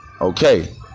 okay